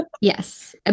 Yes